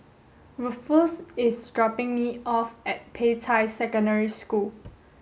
Rufus is dropping me off at Peicai Secondary School